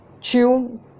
chew